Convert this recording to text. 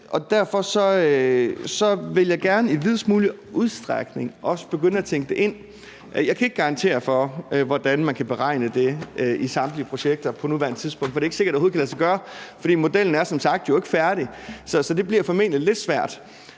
og derfor vil jeg gerne i videst mulig udstrækning også begynde at tænke det ind. Jeg kan ikke garantere for, hvordan man kan beregne det i samtlige projekter på nuværende tidspunkt, for det er ikke sikkert, at det overhovedet kan lade sig gøre, fordi modellen som sagt ikke er færdig, så det bliver formentlig lidt svært.